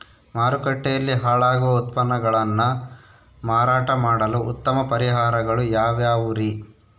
ಮಾರುಕಟ್ಟೆಯಲ್ಲಿ ಹಾಳಾಗುವ ಉತ್ಪನ್ನಗಳನ್ನ ಮಾರಾಟ ಮಾಡಲು ಉತ್ತಮ ಪರಿಹಾರಗಳು ಯಾವ್ಯಾವುರಿ?